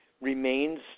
remains